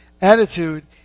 attitude